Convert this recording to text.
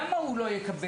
למה הוא לא יקבל?